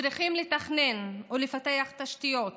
צריכים לתכנן ולטפח תשתיות